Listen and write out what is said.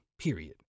period